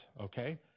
okay